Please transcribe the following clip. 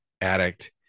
addict